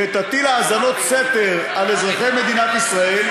שתטיל האזנות סתר על אזרחי מדינת ישראל,